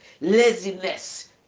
Laziness